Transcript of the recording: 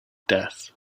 death